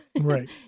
Right